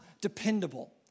dependable